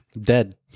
dead